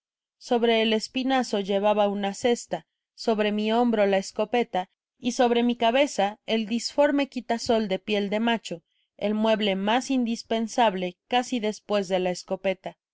sobre el espinazo llevaba una cesta sobre mi hombro la escopeta y sobre mi cabeza el disformo quitasol de piel de macho el mueble mas indispensable casi despues de la escopeta